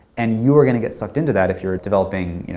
and you are going to get sucked into that if you're a developing, you know,